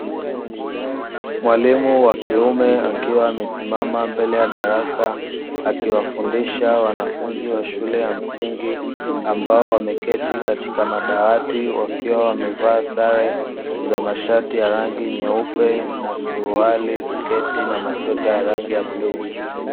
Mwalimu wa kiume akiwa amesimama mbele ya darasa akiwafundisha wanafunzi wa shule ya msingi wakiwa wamekaa katika madawati wamevaa sare za shule katikati ya rangi nyeupe na suruali sketi na masweta ya rangi ya bluu.